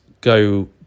go